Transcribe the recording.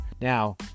Now